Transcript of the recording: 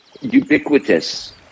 ubiquitous